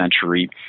century